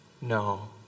No